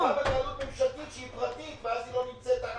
חברה בבעלות ממשלתית שהיא פרטית ואז היא לא נמצאת תחת פיקוח.